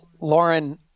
Lauren